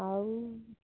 ଆଉ